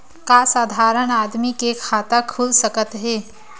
का साधारण आदमी के खाता खुल सकत हे?